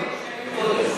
חלק גדול.